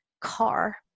car